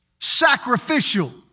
sacrificial